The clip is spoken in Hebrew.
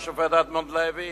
השופט אדמונד לוי,